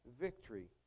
victory